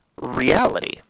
reality